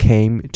Came